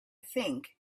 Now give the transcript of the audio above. think